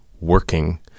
working